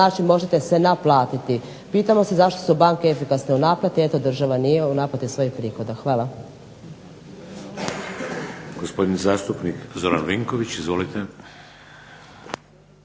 znači možete se naplatiti. Pitamo se zašto su banke efikasne u naplati. Eto država nije u naplati svojih prihoda. Hvala.